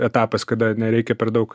etapas kada nereikia per daug